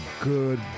good